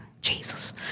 Jesus